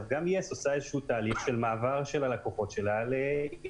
גם יס עושה איזשהו תהליך של מעבר של הלקוחות שלה לאינטרנט,